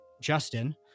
Justin